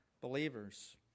believers